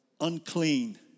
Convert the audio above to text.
unclean